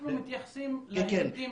אנחנו מתייחסים להיבטים